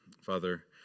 father